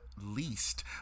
least